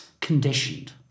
conditioned